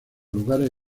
lugares